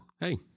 hey